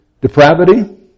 depravity